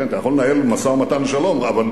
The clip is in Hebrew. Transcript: כן,